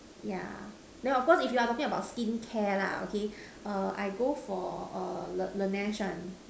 yeah then of course if you are talking about skin care lah okay I go for la~ Laneige one